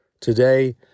Today